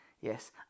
yes